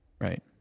Right